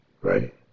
Right